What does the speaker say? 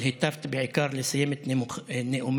אבל היטבת בעיקר לסיים את נאומך